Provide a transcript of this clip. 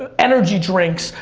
um energy drinks,